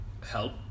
help